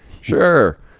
Sure